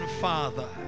Father